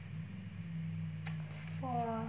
!wah!